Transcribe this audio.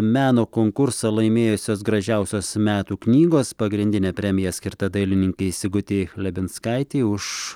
meno konkursą laimėjusios gražiausios metų knygos pagrindinė premija skirta dailininkei sigutei chlebinskaitei už